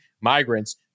migrants